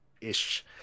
ish